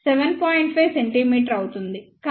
5 cm అవుతుంది